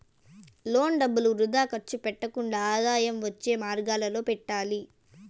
loan డబ్బులు వృథా ఖర్చు పెట్టకుండా ఆదాయం వచ్చే మార్గాలలో పెట్టాలి